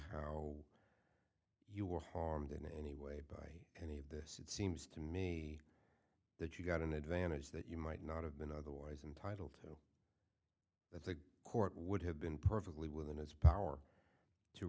how you were harmed in any way by any of this it seems to me that you got an advantage that you might not have been otherwise entitle to know that the court would have been perfectly within his power to